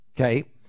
Okay